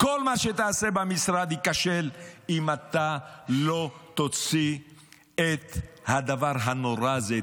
כל מה שתעשה במשרד ייכשל אם אתה לא תוציא את הדבר הנורא הזה,